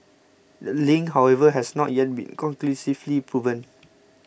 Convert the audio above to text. the link however has not yet been conclusively proven